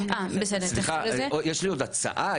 סליחה, יש לי עוד הצעה.